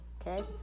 Okay